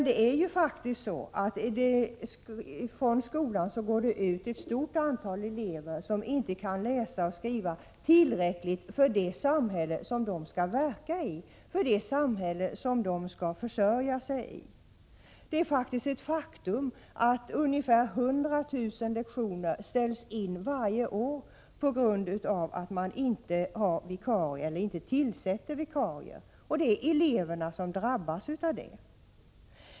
Det är faktiskt så att det går ut ett stort antal elever från skolan som inte kan läsa och skriva tillräckligt för att klara sig i det samhälle som de skall verka i och försörja sig i. Varje år ställs ungefär 100 000 lektioner in på grund av att man inte har vikarier, eller inte tillsätter vikarier. Det är eleverna som drabbas.